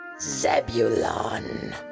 ZEBULON